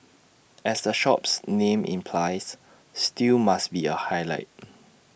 as the shop's name implies stew must be A highlight